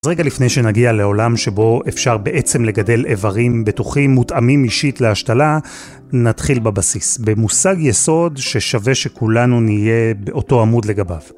אז רגע לפני שנגיע לעולם שבו אפשר בעצם לגדל איברים בטוחים מותאמים אישית להשתלה, נתחיל בבסיס, במושג יסוד ששווה שכולנו נהיה באותו עמוד לגביו.